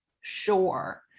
sure